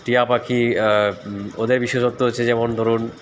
টিয়া পাখি ওদের বিশেষত্ব হচ্ছে যেমন ধরুন